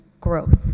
growth